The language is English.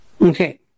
Okay